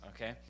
okay